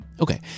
Okay